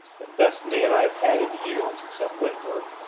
the best man i've had in years except wentworth,